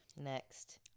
Next